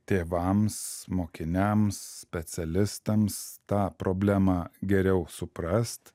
tėvams mokiniams specialistams tą problemą geriau suprast